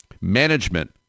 management